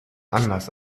anders